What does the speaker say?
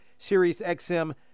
SiriusXM